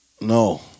No